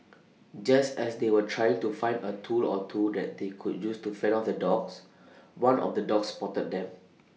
just as they were trying to find A tool or two that they could use to fend off the dogs one of the dogs spotted them